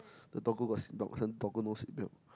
the doggo got seatbelt doggo no seatbelt